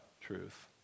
truth